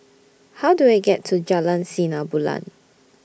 How Do I get to Jalan Sinar Bulan